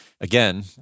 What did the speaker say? again